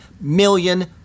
million